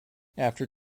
after